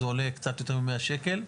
זה עולה קצת יותר ממאה שקל.